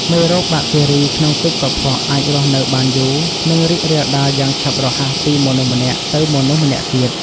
មេរោគបាក់តេរីក្នុងទឹកកខ្វក់អាចរស់នៅបានយូរ និងរីករាលដាលយ៉ាងឆាប់រហ័សពីមនុស្សម្នាក់ទៅមនុស្សម្នាក់ទៀត។